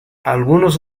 algunos